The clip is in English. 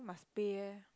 then must pay eh